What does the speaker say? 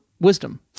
wisdom